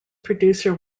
producer